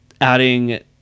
adding